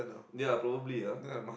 ya probably ah